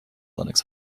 linux